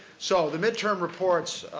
so, the midterm reports,